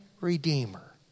redeemer